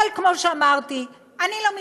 אבל, כמו שאמרתי, אני לא מתפלאת,